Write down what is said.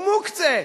הוא מוקצה,